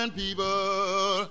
people